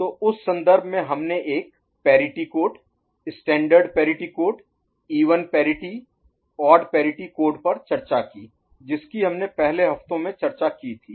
तो उस संदर्भ में हमने एक parity code standard parity code even Even सम पैरिटी ओड Odd विषम पैरिटी कोड पर चर्चा की जिसकी हमने पहले हफ्तों में चर्चा की थी